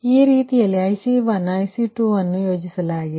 ಈ ರೀತಿಯಲ್ಲಿ IC1 IC2 ಅನ್ನು ಯೋಜಿಸಲಾಗಿದೆ